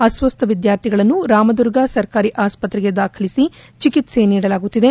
ಅಸ್ತಸ್ವ ವಿದ್ನಾರ್ಥಿಗಳನ್ನು ರಾಮದುರ್ಗ ಸರಕಾರಿ ಆಸ್ತತ್ರೆಗೆ ದಾಖಲಿಸಿ ಚಿಕಿತ್ಸೆ ನೀಡಲಾಗುತ್ತಿದೆ